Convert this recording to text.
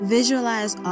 Visualize